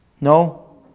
No